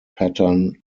pattern